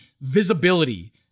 visibility